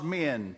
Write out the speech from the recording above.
men